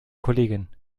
kollegin